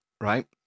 right